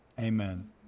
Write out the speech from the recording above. Amen